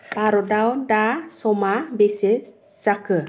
भारताव दा समा बेसे जाखो